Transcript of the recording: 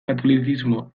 katolizismo